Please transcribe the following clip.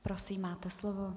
Prosím máte slovo.